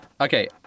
Okay